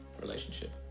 relationship